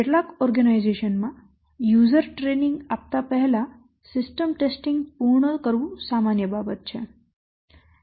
કેટલાક ઓર્ગેનાઇઝેશન માં user training આપતા પહેલા સિસ્ટમ ટેસ્ટિંગ પૂર્ણ કરવું સામાન્ય બાબત છે